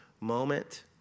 moment